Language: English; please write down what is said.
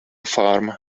farm